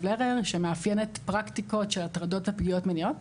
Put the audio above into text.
לרר שמאפיינת פרקטיקות של הטרדות עד פגיעות מיניות,